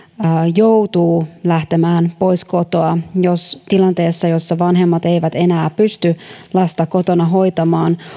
joutuu lähtemään pois kotoa tilanteessa jossa vanhemmat eivät enää pysty lasta kotona hoitamaan